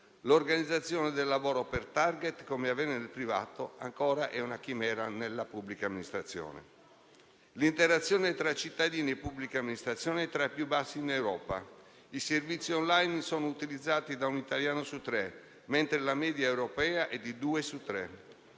L'organizzazione del lavoro per *target*, come avviene nel privato, è ancora una chimera nella pubblica amministrazione. L'interazione tra cittadini e pubblica amministrazione è tra le più basse in Europa: i servizi *online* sono utilizzati da un italiano su tre, mentre la media europea è di due su tre;